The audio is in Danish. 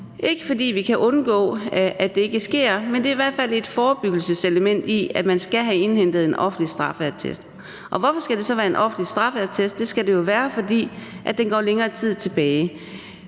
ikke fordi vi kan undgå, at det sker, men der er i hvert fald et forebyggelseselement i, at man skal have indhentet en offentlig straffeattest. Hvorfor skal det så være en offentlig straffeattest? Det skal det jo være, fordi den går længere tid tilbage.